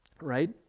right